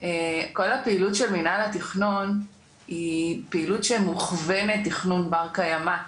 כל הפעילות של מינהל התכנון היא פעילות שמוכוונת תכנון בר קיימא.